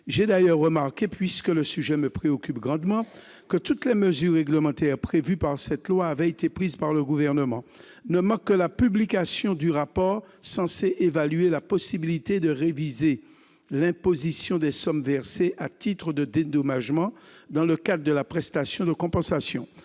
j'ai d'ailleurs remarqué que toutes les mesures réglementaires prévues par cette loi avaient été prises par le Gouvernement. Il ne manque que la publication du rapport visant à évaluer la possibilité de réviser l'imposition des sommes versées à titre de dédommagement dans le cadre de la prestation de compensation,